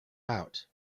out